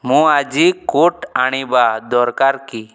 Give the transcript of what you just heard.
ମୁଁ ଆଜି କୋର୍ଟ ଆଣିବା ଦରକାର କି